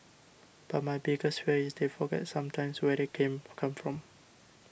but my biggest fear is they forget sometimes where they came come from